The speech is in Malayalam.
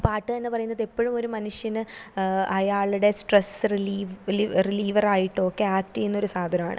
പാട്ട് എന്നു പറയുന്നത് എപ്പോഴും ഒരു മനുഷ്യന് അയാളുടെ സ്ട്രസ്സ് റിലീവ് റിലീവറായിട്ടൊക്കെ ആക്റ്റ് ചെയ്യുന്നൊരു സാധനമാണ്